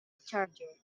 charger